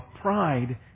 pride